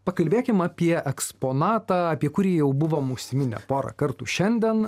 pakalbėkim apie eksponatą apie kurį jau buvome užsiminę pora kartų šiandien